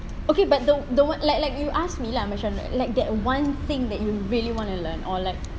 okay but the the one like like you asked me lah macam like that one thing that you really want to learn or like